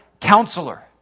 counselor